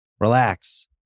relax